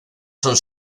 son